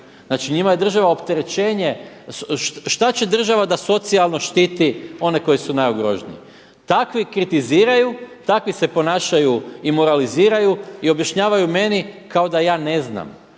Znači njima država opterećenje, šta će država da socijalno štiti one koji su najugroženiji. Takvi kritiziraju, takvi se ponašaju i moraliziraju i objašnjavaju meni kao da ja ne znam